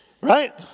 Right